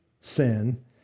sin